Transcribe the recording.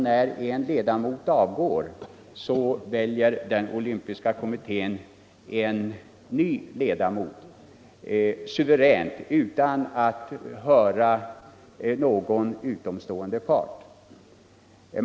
När en ledamot avgår väljer den olympiska kommittén en ny ledamot, suveränt utan att höra någon utomstående part.